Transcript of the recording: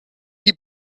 die